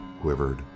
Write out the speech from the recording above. quivered